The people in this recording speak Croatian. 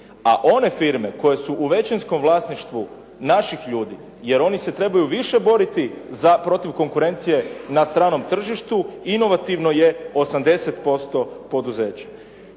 A one firme koje su u većinskom vlasništvu naših ljudi jer oni se trebaju više boriti za protiv konkurencije na stranom tržištu. Inovativno je 80% poduzeća.